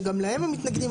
שגם להם הם מתנגדים.